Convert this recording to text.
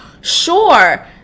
sure